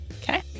okay